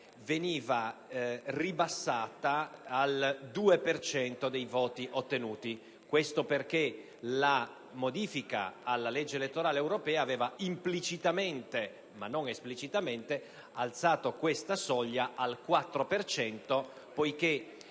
per cento dei voti ottenuti. Questo perché la modifica alla legge elettorale europea aveva implicitamente, e non esplicitamente, innalzato questa soglia al quattro